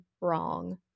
wrong